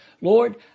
Lord